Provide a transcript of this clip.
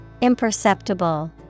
Imperceptible